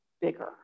bigger